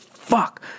Fuck